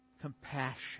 compassion